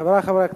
חברי חברי הכנסת,